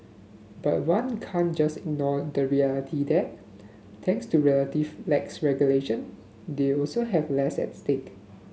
but one can't just ignore the reality that thanks to relative lax regulation they also have less at stake